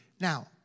Now